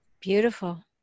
Beautiful